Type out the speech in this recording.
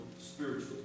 spiritually